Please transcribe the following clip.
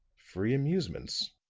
free amusements,